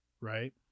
right